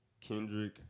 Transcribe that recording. Kendrick